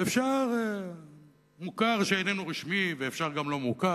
ואפשר "מוכר שאיננו רשמי", אפשר גם "לא מוכר".